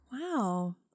Wow